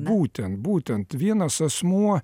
būtent būtent vienas asmuo